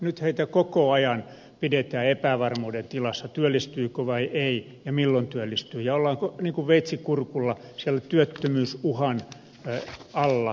nyt heitä koko ajan pidetään epävarmuuden tilassa työllistyykö vai ei ja milloin työllistyy ja ollaan niin kuin veitsi kurkulla siellä työttömyys uhan alla